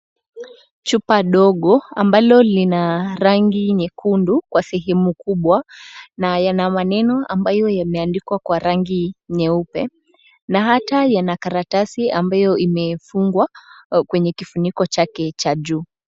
Chupa dogo ambalo lina rangi nyekundu kwa sehemu kubwa na yana maneno ambayo yameandikwa kwa rangi nyeupe na hata yana karatasi ambayo imefungwa kwenye kifuniko chake cha juu.